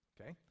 Okay